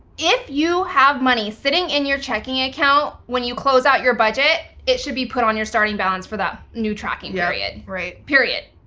if you have money sitting in your checking account when you close out your budget, it should be put on your starting balance for that new tracking period yep, right. period.